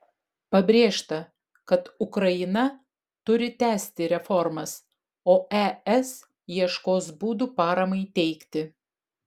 pabrėžta kad ukraina turi tęsti reformas o es ieškos būdų paramai teikti